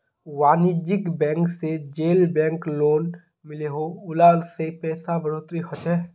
वानिज्ज्यिक बैंक से जेल बैंक लोन मिलोह उला से पैसार बढ़ोतरी होछे